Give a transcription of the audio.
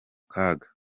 kaga